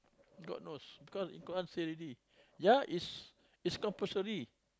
god knows cause in Quran say already ya it's it's compulsory